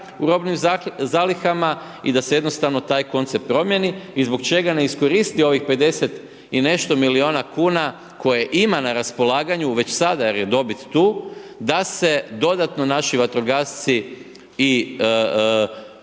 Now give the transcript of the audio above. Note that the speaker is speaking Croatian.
u robnim zalihama i da se jednostavno taj koncept promijeni i zbog čega ne iskoristi ovih 50 i nešto milijuna kuna koje ima na raspolaganju već sada jer je dobit tu, da se dodatno naši vatrogasci i